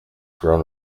grown